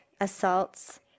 assaults